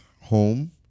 home